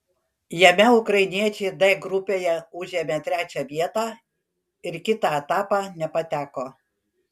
jame ukrainiečiai d grupėje užėmė trečią vietą ir kitą etapą nepateko